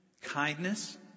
kindness